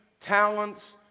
talents